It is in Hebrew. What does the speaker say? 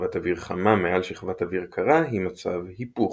שכבת אוויר חמה מעל שכבת אוויר קרה היא מצב "היפוך",